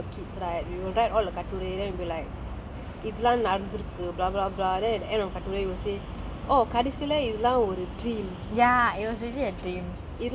but it's like you know uh the like you know when we were kids right we will read all the கட்டுரை:katturai then be like இதெல்லாம் நடந்திருக்கு:idellam nadanthirukku blah blah blah then at the end of கட்டுரை:katturai will say oh கடைசில இதெல்லாம் ஒரு:kadaisila idellam oru dream